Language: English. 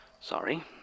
Sorry